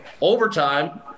overtime